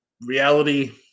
reality